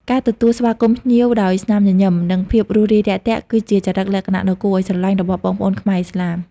ការទទួលស្វាគមន៍ភ្ញៀវដោយស្នាមញញឹម និងភាពរួសរាយរាក់ទាក់ គឺជាចរិតលក្ខណៈដ៏គួរឱ្យស្រឡាញ់របស់បងប្អូនខ្មែរឥស្លាម។